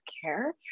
care